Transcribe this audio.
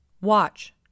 Watch